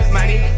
Money